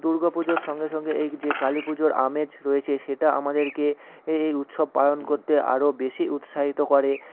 দুর্গা পুজোর সঙ্গে সঙ্গে এই যে কালী পুজোর আমেজ রয়েছে সেটা আমাদেরকে এই উৎসব পালন করতে আরও বেশি উৎসাহিত করে